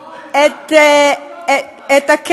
מדינות, מדינות.